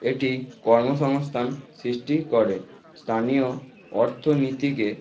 এটি কর্মসংস্থান সৃষ্টি করে স্থানীয় অর্থনীতিকে